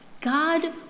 God